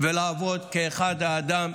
ולעבוד כאחד האדם,